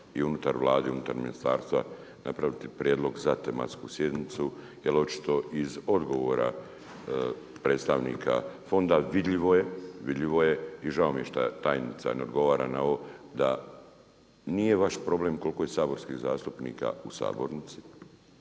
i unutar Vlade i unutar ministarstva napraviti prijedlog za tematsku sjednicu, jer očito iz odgovora predstavnika fonda vidljivo je i žao mi je šta tajnica ne odgovora na ovo da nije vaš problem koliko je saborskih zastupnika u sabornici,